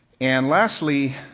and lastly,